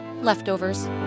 Leftovers